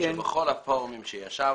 הפורומים שישבנו,